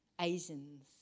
Asians